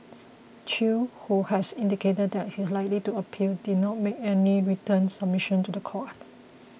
chew who has indicated that he is likely to appeal did not make any written submission to the court